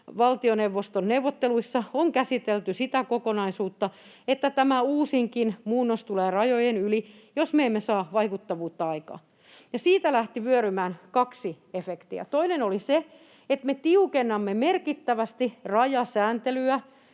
valtioneuvoston neuvotteluissa on käsitelty sitä kokonaisuutta, että tämä uusinkin muunnos tulee rajojen yli, jos me emme saa vaikuttavuutta aikaan. Ja siitä lähti vyörymään kaksi efektiä: Toinen oli se, että me tiukennamme merkittävästi rajasääntelyä